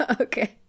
Okay